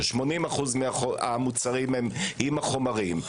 ש-80% מהמוצרים הם עם החומרים,